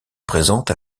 présente